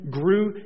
grew